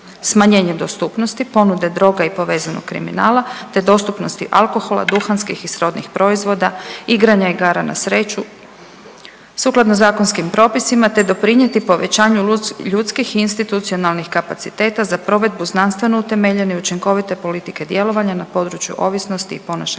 Smanjenje dostupnosti ponude droga i povezanog kriminala te dostupnosti alkohola, duhanskih i srodnih proizvoda, igranja igara na sreću sukladno zakonskim propisima te doprinijeti povećanju ljudski i institucionalnih kapaciteta za provedbu znanstveno utemeljene i učinkovite politike djelovanja na području ovisnosti i ponašajnih